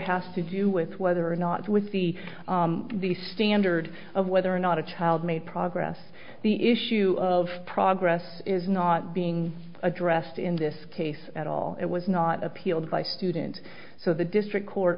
has to do with whether or not with the the standard of whether or not a child may progress the issue of progress is not being addressed in this case at all it was not appealed by student so the district court